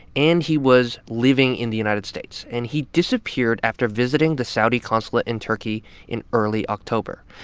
and he was living in the united states. and he disappeared after visiting the saudi consulate in turkey in early october.